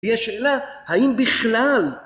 יש שאלה האם בכלל